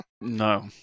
No